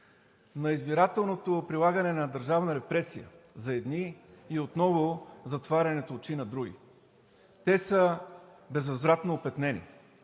на избирателното прилагане на държавна репресия за едни и отново затварянето на очи на други. Те са безвъзвратно опетнени.